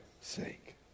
sake